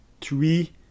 three